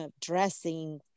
dressing